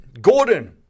Gordon